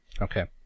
Okay